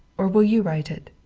or will you write it?